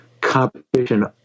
competition